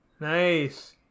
Nice